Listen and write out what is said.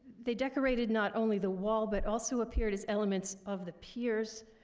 they decorated not only the wall, but also appeared as elements of the piers,